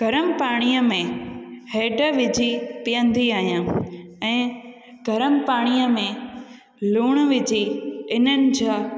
गरम पाणीअ में हैड विझी पीअंदी आहियां ऐं गरम पाणीअ में लुणु विझी इन्हनि जा